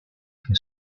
que